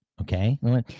okay